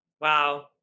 Wow